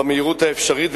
במהירות האפשרית.